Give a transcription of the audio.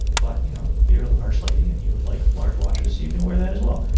but, you know if you're a large lady and you would like large watches you can wear that as well.